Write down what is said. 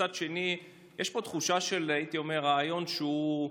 מצד שני יש פה תחושה, הייתי אומר, של ריאיון שהוא,